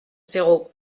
zéro